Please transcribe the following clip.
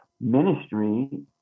ministry